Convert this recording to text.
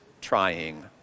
trying